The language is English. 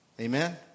Amen